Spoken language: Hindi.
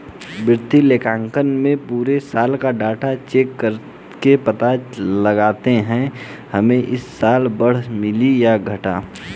वित्तीय लेखांकन में पुरे साल का डाटा चेक करके पता लगाते है हमे इस साल बढ़त मिली है या घाटा